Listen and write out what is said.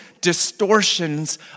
distortions